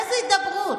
איזה הידברות?